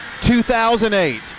2008